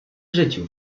życiu